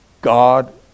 God